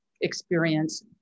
experience